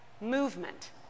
Movement